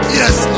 yes